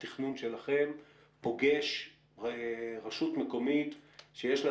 שהתכנון שלכם פוגש רשות מקומית שיש לה